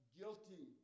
guilty